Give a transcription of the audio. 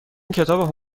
کتاب